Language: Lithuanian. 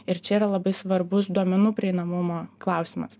ir čia yra labai svarbus duomenų prieinamumo klausimas